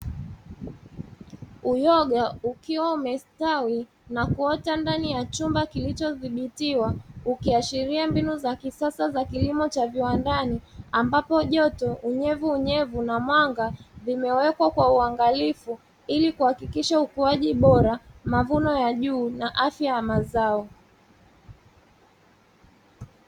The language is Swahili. Uyoga ukiwa umestawi na kuota ndani ya chumba kilichothibitiwa ukiashiria mbinu za kisasa za kilimo cha viwandani ambapo joto, unyevunyevu na mwanga zimewekwa kwa uangalifu ili kuhakikisha ukuaji bora, mavuno ya juu, na afya ya mazao.